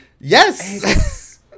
Yes